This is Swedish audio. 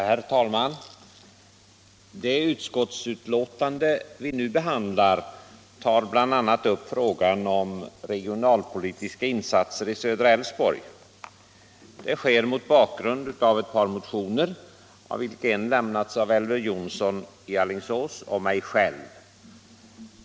Herr talman! Det utskottsbetänkande som vi nu behandlar tar bl.a. upp frågan om regionalpolitiska insatser i södra Älvsborgs län. Detta sker mot bakgrund av ett par motioner, av vilka en har väckts av Elver Jonsson i Alingsås och mig.